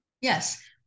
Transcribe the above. Yes